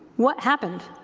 what happened?